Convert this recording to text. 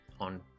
on